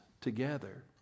together